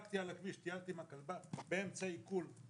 טיילתי עם הכלבה והחלקתי על הכביש באמצע עיקול,